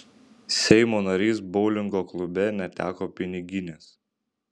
seimo narys boulingo klube neteko piniginės